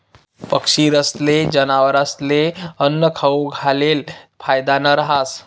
पक्षीस्ले, जनावरस्ले आन्नं खाऊ घालेल फायदानं रहास